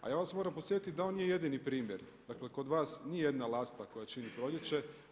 A ja vas moram podsjetiti da on nije jedini primjer, dakle kod vas nije jedna lasta koja čini proljeće.